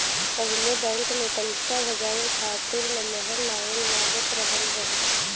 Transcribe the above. पहिले बैंक में पईसा भजावे खातिर लमहर लाइन लागल रहत रहे